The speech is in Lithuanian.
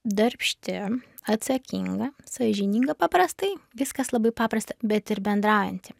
darbšti atsakinga sąžininga paprastai viskas labai paprasta bet ir bendraujanti